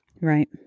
Right